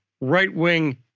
right-wing